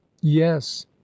yes